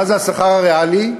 מה זה השכר הריאלי?